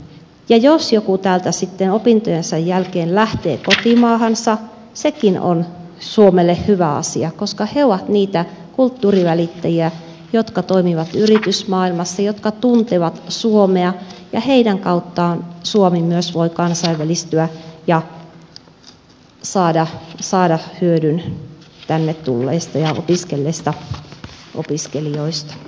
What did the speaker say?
ja jos joku täältä sitten opintojensa jälkeen lähtee kotimaahansa sekin on suomelle hyvä asia koska he ovat niitä kulttuurivälittäjiä jotka toimivat yritysmaailmassa jotka tuntevat suomea ja heidän kauttaan suomi myös voi kansainvälistyä ja saada hyödyn tänne tulleista ja opiskelleista opiskelijoista